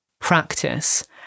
practice